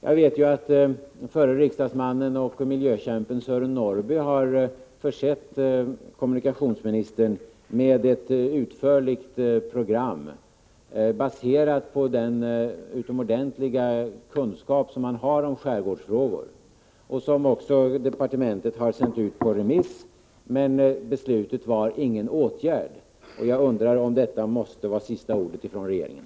Jag vet att förre riksdagsmannen och miljökämpen Sören Norrby har försett kommunikationsministern med ett utförligt program baserat på den utomordentliga kunskap som han har om skärgårdsfrågor, och det har av departementet sänts ut på remiss. Beslutet blev dock att ingen åtgärd skulle vidtas. Jag undrar om detta måste vara sista ordet från regeringen.